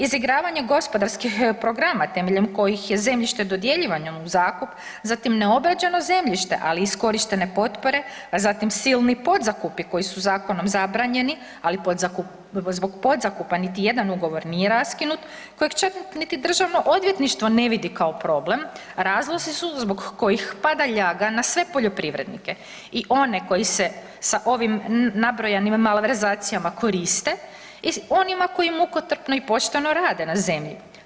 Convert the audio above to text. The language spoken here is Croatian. Izigravanje gospodarskih programa temeljem kojih je zemljište dodjeljivano u zakup, zatim neobrađeno zemljište ali iskorištene potpore a zatim silni podzakupi koji su zakonom zabranjeni ali zbog zakupa niti jedan ugovor nije raskinut, koji čak niti Državno odvjetništvo ne vidi kao problem, razlozi su zbog kojih pada ljaga na sve poljoprivrednike, i one koji se sa ovim nabrojanim malverzacijama koriste i onima koji mukotrpno i pošteno rade na zemlji.